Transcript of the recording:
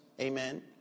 Amen